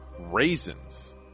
raisins